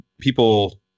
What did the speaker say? people